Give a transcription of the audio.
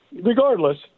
regardless